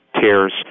tears